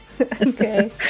Okay